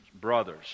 brothers